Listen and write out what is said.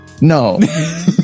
No